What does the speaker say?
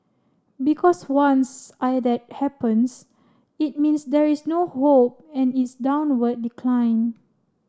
because once I that happens it means there is no hope and it's downward decline